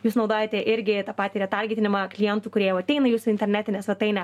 jūs naudojate irgi tą patį retargetinimą klientų kurie jau ateina į jūsų internetinę svetainę